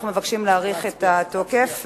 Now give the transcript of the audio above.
אנחנו מבקשים להאריך את התוקף.